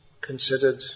considered